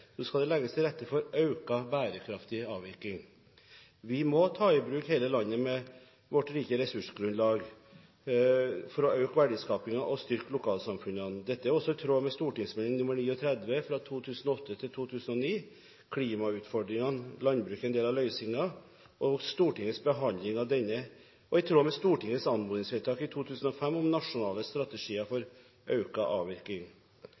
skal det legges til rette for økt bærekraftig avvirkning. Vi må ta i bruk hele landet med vårt rike ressursgrunnlag for å øke verdiskapingen og styrke lokalsamfunnene. Dette er også i tråd med St.meld. nr. 39 for 2008–2009 Klimautfordringene – landbruket en del av løsningen, og Stortingets behandling av denne, og i tråd med Stortingets anmodningsvedtak i 2005 om nasjonale strategier